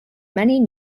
many